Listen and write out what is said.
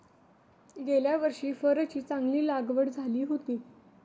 गेल्या वर्षी फरची चांगली लागवड झाली होती